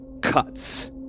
cuts